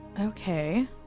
Okay